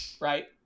right